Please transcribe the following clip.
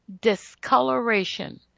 discoloration